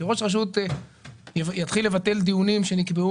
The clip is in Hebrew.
ראש רשות מקומית יתחיל לבטל דיונים שנקבעו